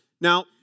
Now